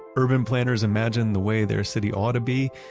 urban planners imagine the way their city ought to be,